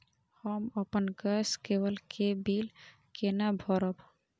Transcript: हम अपन गैस केवल के बिल केना भरब?